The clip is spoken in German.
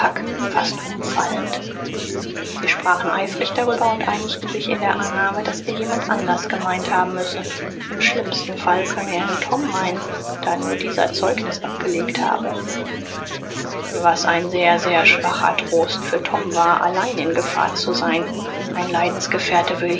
fast umfallend sie sprachen eifrig darüber und einigten sich in der annahme daß er jemand anders gemeint haben müsse im schlimmsten fall könne er nur tom meinen da nur dieser zeugnis abgelegt habe was ein sehr sehr schwacher trost für tom war allein in gefahr zu sein ein leidensgefährte würde